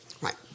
Right